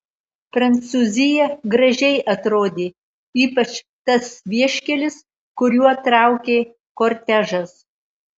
prancūzija gražiai atrodė ypač tas vieškelis kuriuo traukė kortežas